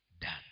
done